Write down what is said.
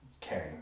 Caring